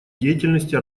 деятельности